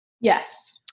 Yes